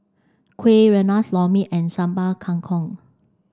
Kuih Rengas Lor Mee and Sambal Kangkong